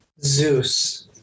Zeus